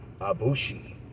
Abushi